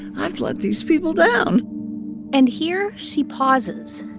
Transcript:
i've let these people down and here she pauses.